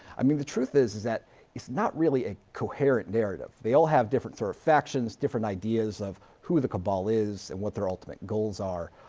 i mean, the truth is, is that it's not really a coherent narrative. they all have different sort of factions, different ideas of who the cabal is and what theirultimate goals are.